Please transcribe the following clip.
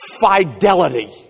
fidelity